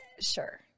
Sure